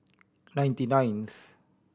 ninety ninth